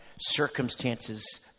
circumstances